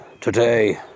Today